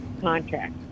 contract